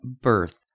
birth